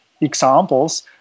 examples